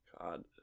God